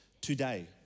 today